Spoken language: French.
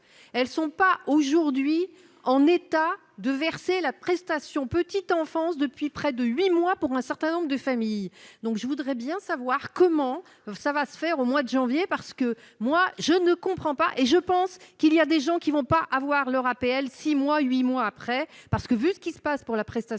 elles sont pas aujourd'hui en état de verser la prestation petite enfance depuis près de 8 mois pour un certain nombre de familles, donc je voudrais bien savoir comment ça va se faire au mois de janvier, parce que moi je ne comprends pas, et je pense qu'il y a des gens qui ne vont pas avoir leur APL, 6 mois, 8 mois après, parce que vu ce qui se passe pour la prestation,